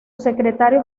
secretario